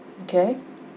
okay